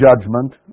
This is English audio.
judgment